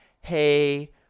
hey